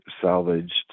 salvaged